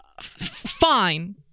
Fine